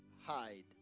hide